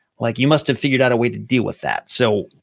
like you must have figured out a way to deal with that. so,